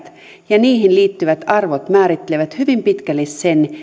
ja niihin liittyvät arvot määrittelevät hyvin pitkälle sen